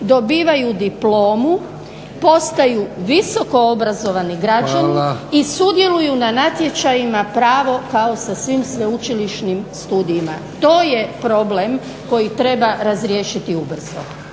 Hvala. **Roksandić, Ivanka (HDZ)** I sudjeluju na natječajima pravo kao sa svim sveučilišnim studijima. To je problem koji treba razriješiti ubrzo.